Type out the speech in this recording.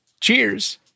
Cheers